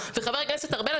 חבר הכנסת ארבל,